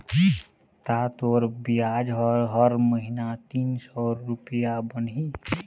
ता तोर बियाज ह हर महिना तीन सौ रुपया बनही